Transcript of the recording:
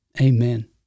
amen